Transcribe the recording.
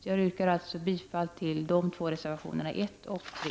Jag yrkar således bifall till reservationerna 1 och 3.